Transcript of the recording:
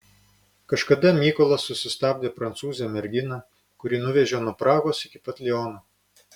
kažkada mykolas susistabdė prancūzę merginą kuri nuvežė nuo prahos iki pat liono